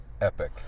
epic